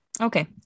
Okay